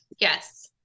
yes